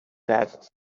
that